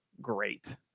great